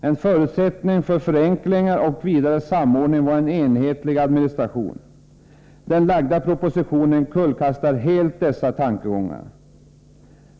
En förutsättning för förenklingar och vidare samordning var en enhetlig administration. Den lagda propositionen kullkastar helt dessa tankegångar.